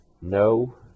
No